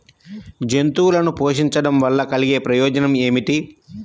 జంతువులను పోషించడం వల్ల కలిగే ప్రయోజనం ఏమిటీ?